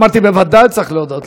אמרתי: בוודאי צריך להודות לך.